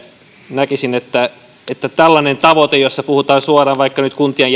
näkisin että että tällainen tavoite jossa puhutaan suoraan vaikka nyt kuntien